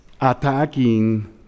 attacking